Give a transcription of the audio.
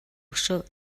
өшөөг